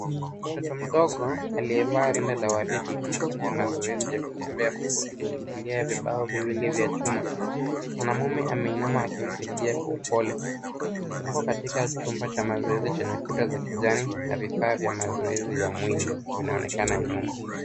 Mtoto mdogo aliyevaa rinda la waridi anafanya mazoezi ya kutembea huku akishikilia vibao viwili vya chuma. Mwanamume ameinama akimsaidia kwa upole. Wako katika chumba cha mazoezi chenye kuta za kijani na vifaa vya mazoezi ya mwili vinaonekana nyuma.